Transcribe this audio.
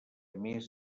més